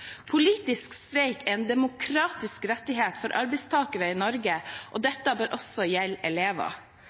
Politisk streik er en demokratisk rettighet for arbeidstakere i Norge, og dette bør også gjelde elever.